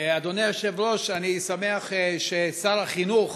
אדוני היושב-ראש, אני שמח ששר החינוך